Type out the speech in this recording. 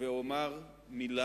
ואומר מלה